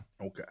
Okay